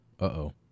Uh-oh